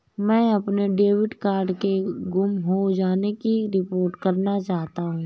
मैं अपने debit card के गुम हो जाने की रिपोर्ट करना चाहता हूँ